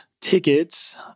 tickets